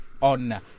on